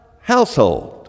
household